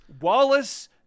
Wallace